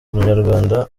umunyarwanda